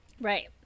Right